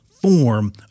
Form